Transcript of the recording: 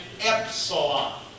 epsilon